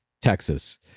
Texas